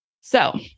So-